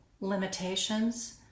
limitations